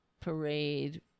parade